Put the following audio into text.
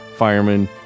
firemen